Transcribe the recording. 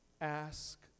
Ask